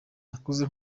nakuze